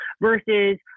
versus